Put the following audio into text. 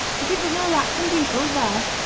do you think there's no rats and beetles there!